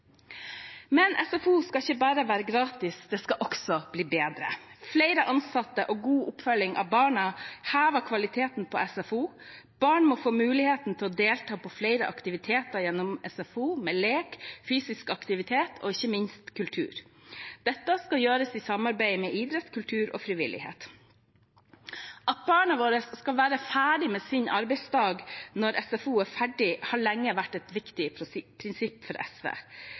Men SFO skal ikke bare være gratis, den skal også bli bedre. Flere ansatte og god oppfølging av barna hever kvaliteten på SFO. Barn må få muligheten til å delta på flere aktiviteter gjennom SFO med lek, fysisk aktivitet og ikke minst kultur. Dette må gjøres i samarbeid med idrett, kultur og frivillighet. At barna våre skal være ferdig med sin «arbeidsdag» når SFO er ferdig, har lenge vært et viktig prinsipp for SV.